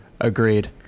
Agreed